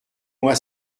moi